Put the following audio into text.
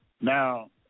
Now